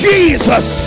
Jesus